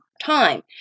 time